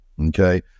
Okay